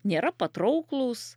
nėra patrauklūs